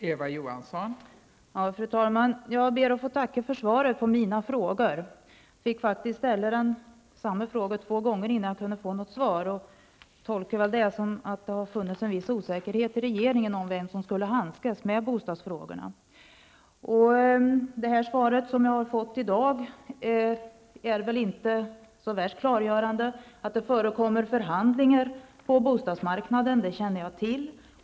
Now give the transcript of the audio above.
Fru talman! Jag ber att få tacka för svaret på mina frågor. Jag fick faktiskt ställa samma fråga två gånger innan jag kunde få något svar. Jag tolkar det som att det har funnits en viss osäkerhet i regeringen om vem som skulle handskas med bostadsfrågorna. Det svar som jag har fått i dag är inte så värst klargörande. Att det förekommer förhandlingar på bostadsmarknaden känner jag till.